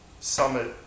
summit